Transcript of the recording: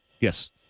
Yes